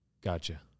Gotcha